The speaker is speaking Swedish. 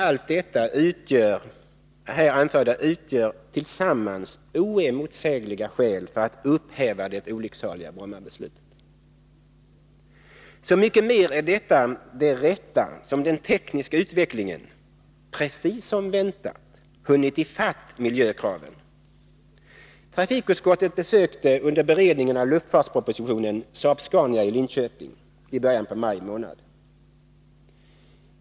Allt det här anförda utgör tillsammans oemotsägliga skäl för att upphäva det olycksaliga Brommabeslutet, så mycket mer som den tekniska utvecklingen, precis som väntat, hunnit ifatt miljökraven. Trafikutskottet besökte under beredningen av luftfartspropositionen Saab-Scania i Linköping i början av maj månad.